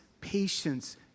patience